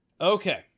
okay